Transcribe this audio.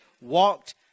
walked